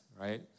right